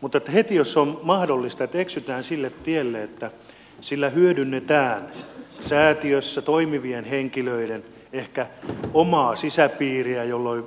mutta heti jos on mahdollista että eksytään sille tielle että sillä hyödytetään säätiössä toimivien henkilöiden ehkä omaa sisäpiiriä jolloin